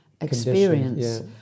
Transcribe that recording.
experience